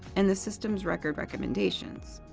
and the system's record recommendations.